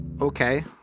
okay